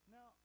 Now